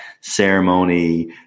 ceremony